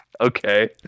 Okay